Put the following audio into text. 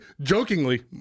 jokingly